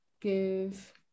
give